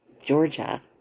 Georgia